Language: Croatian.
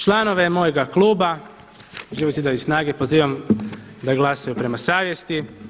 Članove mojega Kluba Živog zida i Snage pozivam da glasuju prema savjesti.